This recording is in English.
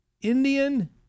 Indian